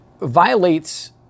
violates